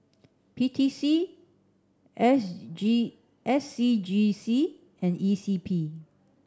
P T C S G S C G C and E C P